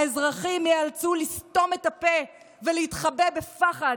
האזרחים ייאלצו לסתום את הפה ולהתחבא בפחד,